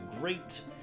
great